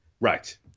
Right